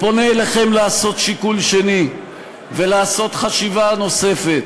אני פונה אליכם לעשות שיקול שני ולעשות חשיבה נוספת,